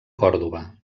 còrdova